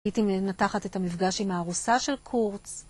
הייתי מנתחת את המפגש עם הארוסה של קורץ.